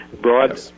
broad